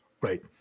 Right